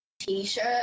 t-shirt